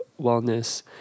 wellness